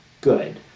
good